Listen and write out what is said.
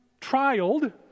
trialed